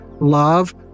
love